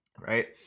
Right